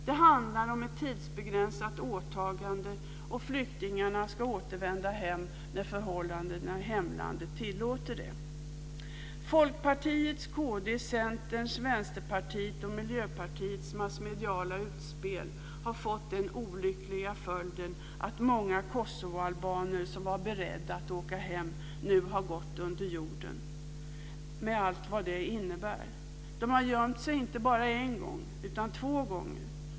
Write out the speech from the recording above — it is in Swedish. Det handlar om ett tidsbegränsat åtagande, och flyktingarna ska återvända hem när förhållandena i hemlandet tillåter det. Miljöpartiets massmediala utspel har fått den olyckliga följden att många kosovoalbaner som var beredda att åka hem nu har gått under jorden, med allt vad det innebär. De har gömt sig inte bara en gång, utan två gånger.